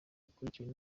yakurikiwe